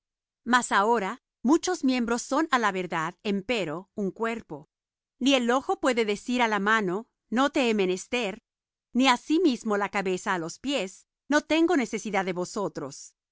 mas ahora muchos miembros son á la verdad empero un cuerpo ni el ojo puede decir á la mano no te he menester ni asimismo la cabeza á los pies no tengo necesidad de vosotros